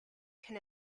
can